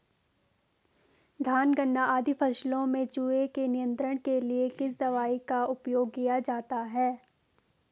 धान गन्ना आदि फसलों में चूहों के नियंत्रण के लिए किस दवाई का उपयोग किया जाता है?